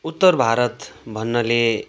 उत्तर भारत भन्नाले